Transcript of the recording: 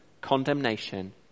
condemnation